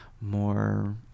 more